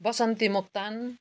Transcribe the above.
Basanti Moktan